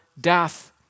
death